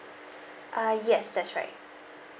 uh yes that's right